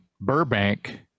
burbank